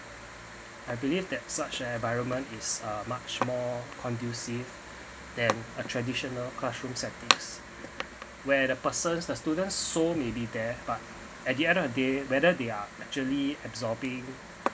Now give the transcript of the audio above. I believe that such an environment is uh much more conducive than a traditional classroom settings where the person the students soul may be there but at the end of the day whether they are actually absorbing